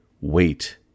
Wait